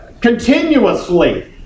continuously